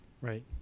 Right